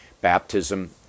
baptism